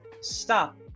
stop